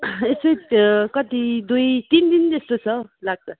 कति दुई तिन जस्तो छ हौ लाग्छ